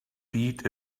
beat